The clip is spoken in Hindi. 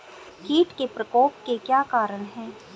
कीट के प्रकोप के क्या कारण हैं?